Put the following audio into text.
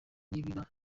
n’ibiba